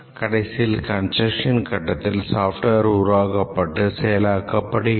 கடைசியில் கன்ஸ்ட்ரக்ஷன் கட்டத்தில் software உருவாக்கப்பட்டு செயலாக்கப்படுகிறது